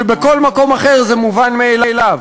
כשבכל מקום אחר זה מובן מאליו.